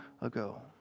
ago